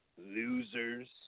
Losers